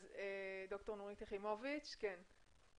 ד"ר נורית יכימביץ' בבקשה.